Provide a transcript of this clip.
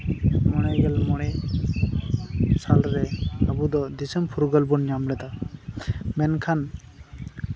ᱢᱚᱬᱮ ᱜᱮᱞ ᱢᱚᱬᱮ ᱥᱟᱞ ᱨᱮ ᱟᱵᱚ ᱫᱚ ᱫᱤᱥᱯᱢ ᱯᱷᱩᱨᱜᱟᱹᱞ ᱵᱚᱱ ᱧᱟᱢ ᱞᱮᱫᱟ ᱢᱮᱱᱠᱷᱟᱱ